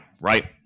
right